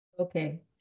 Okay